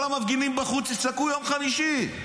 כל המפגינים בחוץ יצעקו: יום חמישי.